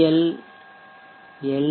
L L